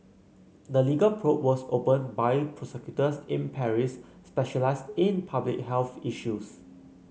the legal probe was opened by prosecutors in Paris specialised in public health issues